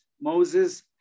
Moses